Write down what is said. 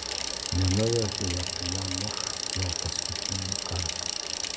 nenujautė jog ją muš jau paskutinį kartą